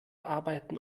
arbeiten